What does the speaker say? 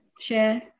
share